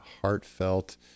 heartfelt